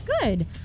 Good